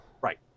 Right